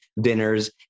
dinners